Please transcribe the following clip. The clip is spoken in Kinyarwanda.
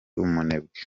umunebwe